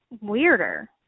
weirder